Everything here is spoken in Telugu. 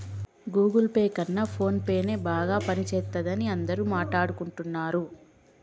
గుగుల్ పే కన్నా ఫోన్పేనే బాగా పనిజేత్తందని అందరూ మాట్టాడుకుంటన్నరు